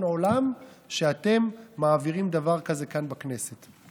עולם שאתם מעבירים דבר כזה כאן בכנסת.